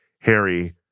Harry